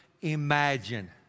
imagine